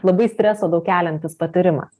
labai streso daug keliantis patyrimas